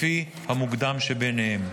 לפי המוקדם שביניהם.